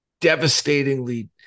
devastatingly